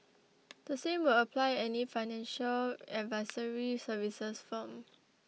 the same will apply any financial advisory services firm